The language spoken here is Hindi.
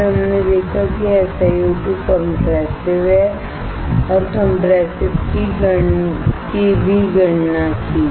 फिर हमने देखा कि SiO2 कंप्रेसिव है और कंप्रेसिव की भी गणना की